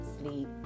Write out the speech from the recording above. sleep